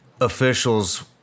officials